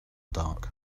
dark